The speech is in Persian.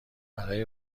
برای